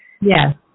Yes